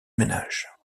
ménage